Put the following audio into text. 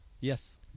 Yes